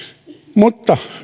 mutta